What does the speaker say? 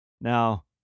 Now